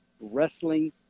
wrestling